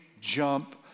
jump